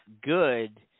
good